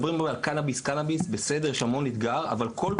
יש המון אתגר בקנביס, אבל זה